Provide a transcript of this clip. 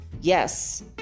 Yes